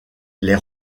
les